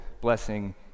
blessing